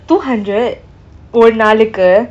two hundred ஒரு நாளுக்கு:oru naalukku